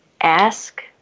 ask